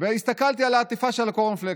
והסתכלתי על העטיפה של הקורנפלקס,